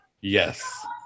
Yes